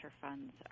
funds